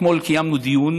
אתמול קיימנו דיון,